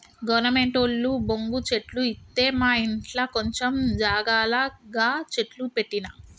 గవర్నమెంటోళ్లు బొంగు చెట్లు ఇత్తె మాఇంట్ల కొంచం జాగల గ చెట్లు పెట్టిన